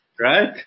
right